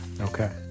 Okay